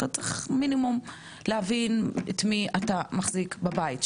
אתה צריך מינימום להבין את מי אתה מחזיק בבית שלך,